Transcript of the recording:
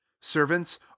servants